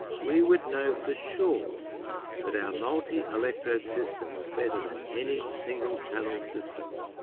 we would know for sure that our multi-electrode system was better than any single-channel system.